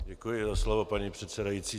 Děkuji za slovo, paní předsedající.